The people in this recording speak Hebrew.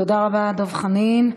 תודה רבה, דב חנין.